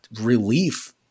relief